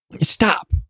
stop